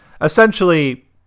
Essentially